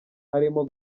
harimo